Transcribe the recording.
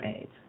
AIDS